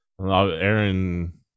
Aaron